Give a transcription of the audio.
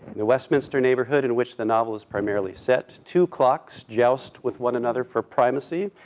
the westminster neighborhood in which the novel's primarily set, two clocks joust with one another for primacy.